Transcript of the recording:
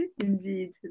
Indeed